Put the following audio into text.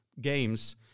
games